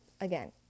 again